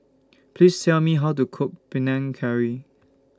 Please Tell Me How to Cook Panang Curry